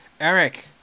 Eric